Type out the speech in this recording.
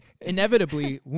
inevitably